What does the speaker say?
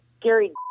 Gary